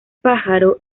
pájaro